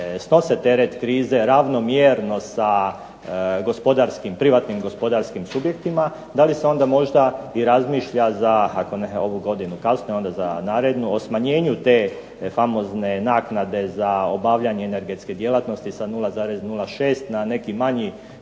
snose teret krize ravnomjerno sa gospodarskim subjektima, da li se onda možda razmišlja da, ako ne za ovu godinu onda narednu o smanjenju te famozne naknade za obavljanje energetske djelatnosti sa 0,06 na neki manji